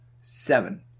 seven